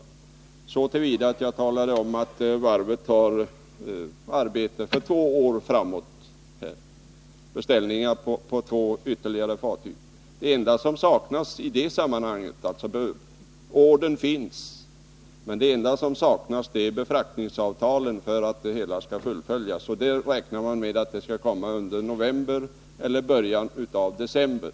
Jag gjorde det så till vida att jag talade om att varvet har arbete för två år framåt genom beställningar på ytterligare två fartyg. Ordern finns, och det enda som saknas för att det hela skall fullföljas är befraktningsavtalen, men man räknar med att de skall bli klara under november eller i början av december.